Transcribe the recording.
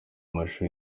amashusho